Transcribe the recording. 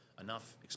enough